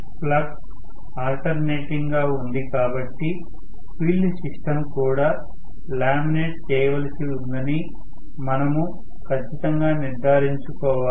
flux alternating గాఉంది కాబట్టి field system కూడా లామినేట్ చేయవలసి ఉందని మనము ఖచ్చితంగా నిర్ధారించుకోవాలి